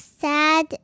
Sad